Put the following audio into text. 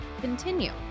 continue